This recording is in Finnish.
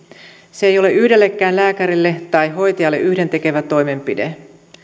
se ei ole yhdellekään lääkärille tai hoitajalle yhdentekevä toimenpide